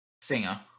Singer